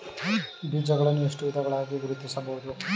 ಬೀಜಗಳನ್ನು ಎಷ್ಟು ವಿಧಗಳಾಗಿ ಗುರುತಿಸಬಹುದು?